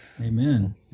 Amen